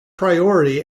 priority